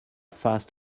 fast